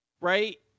Right